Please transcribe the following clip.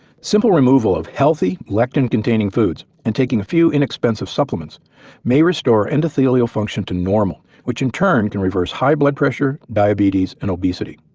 simple removal of healthy lectin containing foods and taking a few inexpensive supplements may restore endothelial function to normal which in turn can reverse high blood pressure, diabetes, and obesity.